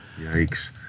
yikes